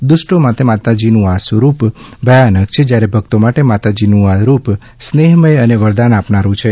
દુષ્ટો માટે માતાજીનું આ રૂપ ભયાનક છે જયારે ભકતો માટે માતાજીનું આ રૂપ સ્નેહમય અને વરદાન આપનારું છે